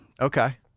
okay